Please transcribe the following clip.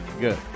Good